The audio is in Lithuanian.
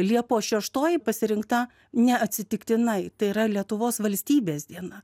liepos šeštoji pasirinkta neatsitiktinai tai yra lietuvos valstybės diena